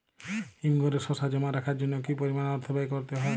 হিমঘরে শসা জমা রাখার জন্য কি পরিমাণ অর্থ ব্যয় করতে হয়?